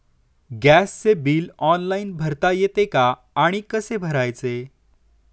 गॅसचे bill online भरता येते का आणि कसे भरायचे?